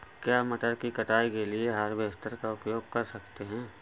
क्या मटर की कटाई के लिए हार्वेस्टर का उपयोग कर सकते हैं?